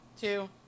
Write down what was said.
two